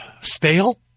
stale